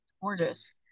Gorgeous